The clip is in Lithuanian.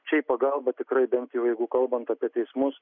čia į pagalbą tikrai bent jau jeigu kalbant apie teismus